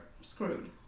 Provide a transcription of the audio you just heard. screwed